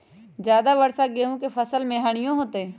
ज्यादा वर्षा गेंहू के फसल मे हानियों होतेई?